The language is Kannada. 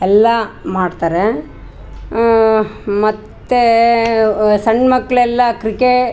ಎಲ್ಲಾ ಮಾಡ್ತಾರೆ ಮತ್ತು ಸಣ್ಣ ಮಕ್ಳೆಲ್ಲ ಕ್ರಿಕೇ